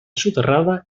soterrada